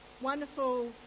wonderful